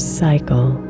cycle